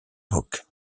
hoc